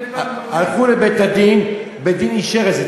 הלכו לבית-הדין, בית-דין אישר את זה.